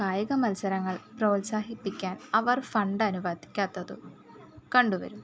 കായിക മത്സരങ്ങൾ പ്രോത്സാഹിപ്പിക്കാൻ അവർ ഫണ്ട് അനുവദിക്കാത്തതും കണ്ടുവരുന്നു